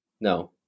no